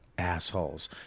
assholes